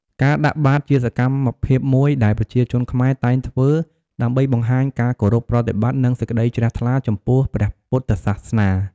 ការដាក់បាត ជាសម្មភាពមួយដែលប្រជាជនខ្មែរតែងធ្វើ ដើម្បីបង្ហាញការគោរពប្រតិបត្តិ និងសេចក្តីជ្រះថ្លាចំពោះព្រះពុទ្ធសាសនា។